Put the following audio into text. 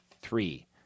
three